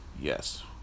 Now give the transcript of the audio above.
Yes